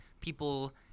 people